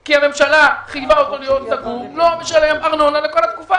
כי הממשלה חייבה אותו להיות סגור לא משלם ארנונה לכל התקופה,